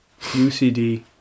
UCD